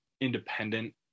independent